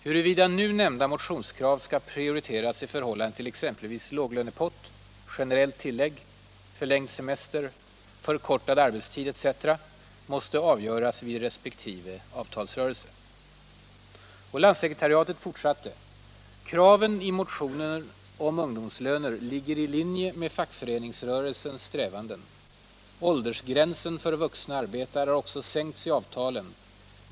Huruvida nu nämnda motionskrav skall prioriteras i förhållande till exempelvis låglönepott, generellt tillägg, förlängd semester, förkortad arbetstid etc. måste avgöras vid respektive avtalsrörelse.” Och landssekretariatet fortsatte: ”Kraven i motionen om ungdomslöner ligger i linje med fackföreningsrörelsens strävanden. Åldersgränsen för vuxna arbetare har också sänkts i avtalen.